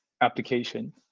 application